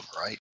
right